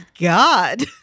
god